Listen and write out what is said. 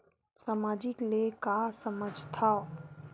सामाजिक ले का समझ थाव?